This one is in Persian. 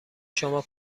شما